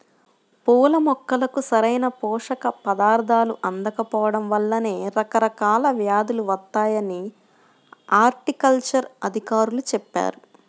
పూల మొక్కలకు సరైన పోషక పదార్థాలు అందకపోడం వల్లనే రకరకాల వ్యేదులు వత్తాయని హార్టికల్చర్ అధికారులు చెప్పారు